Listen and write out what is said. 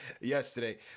yesterday